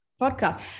podcast